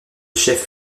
chef